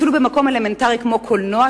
אפילו במקום אלמנטרי כמו קולנוע,